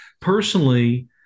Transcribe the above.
personally